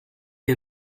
die